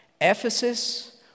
Ephesus